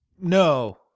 No